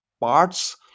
parts